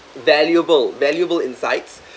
valuable valuable insights